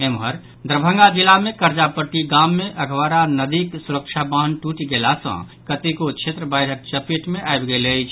एम्हर दरभंगा जिला मे कर्जापट्टी गाम मे अधवारा नदीक सुरक्षा बान्ह टूटि गेलाह सँ कतेको क्षेत्र बाढ़िक चपेट मे आबि गेल अछि